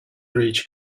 reach